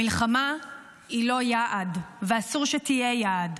המלחמה היא לא יעד ואסור שתהיה יעד.